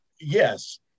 yes